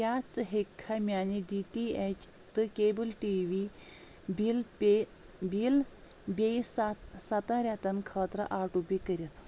کیٛاہ ژٕ ہٮ۪کھا میانہِ ڈی ٹی ایٚچ تہٕ cable T V bill pay bill بیٚیہِ سَتن رٮ۪تن خٲطرٕ آٹو پے کٔرِتھ